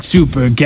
Super